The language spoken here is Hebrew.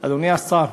אדוני השר,